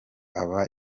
aba